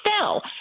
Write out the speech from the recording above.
fell